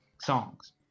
songs